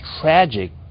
tragic